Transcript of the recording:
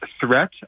threat